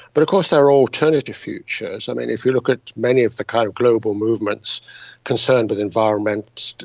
but of course there are alternative futures. um and if you look at many of the kind of global movements concerned with environment,